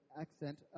accent